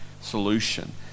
solution